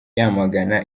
yamagana